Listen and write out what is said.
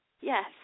Yes